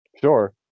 sure